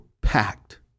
packed